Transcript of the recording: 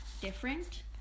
different